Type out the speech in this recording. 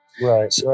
Right